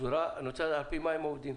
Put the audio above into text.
אני רוצה לדעת על פי מה הם עובדים.